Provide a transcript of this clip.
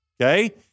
okay